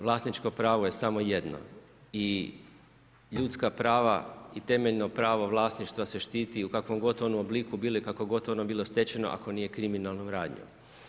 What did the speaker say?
Vlasničko pravo je samo jedno i ljudska prava i temeljno pravo vlasništva ste štiti u kakvom god oni obliku bili, kako god ono bilo stečeno ako nije kriminalnom radnjom.